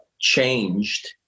changed